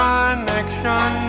connection